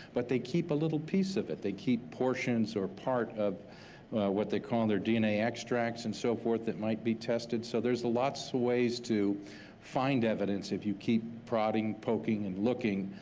but they keep a little piece of it. they keep portions or part of what they call in their dna extracts and so forth, that might be tested. so there's lots of ways to find evidence if you keep prodding, poking, and looking,